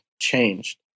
changed